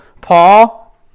Paul